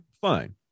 fine